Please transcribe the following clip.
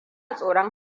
tsoron